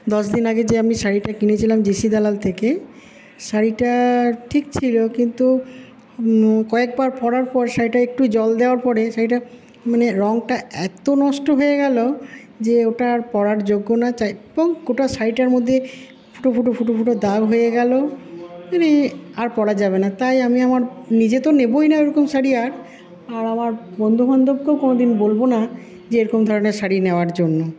দশ দিন আগে যে আমি শাড়িটা কিনেছিলাম জে সি দালাল থেকে শাড়িটার ঠিক ছিলো কিন্তু কয়েকবার পড়ার পর শাড়িটা একটু জল দেওয়ার পরে শাড়িটা মানে রংটা এত্ত নষ্ট হয়ে গেলো যে ওটা আর পরার যোগ্য না এবং গোটা শাড়িটার মধ্যে ফুটো ফুটো ফুটো ফুটো দাগ হয়ে গেলো মানে আর পরা যাবে না তাই আমি আমার নিজে তো নেবোই না ওরকম শাড়ি আর আর আমার বন্ধুবান্ধবকেও কোনোদিন বোলবো না যে এরকম ধরনের শাড়ি নেওয়ার জন্য